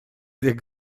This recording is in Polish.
jak